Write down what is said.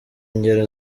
ngero